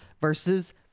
versus